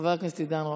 חבר הכנסת עידן רול.